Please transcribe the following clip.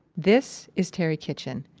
this is terry kitchen.